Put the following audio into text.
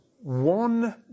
One